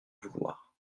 vouloir